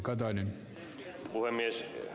arvoisa puhemies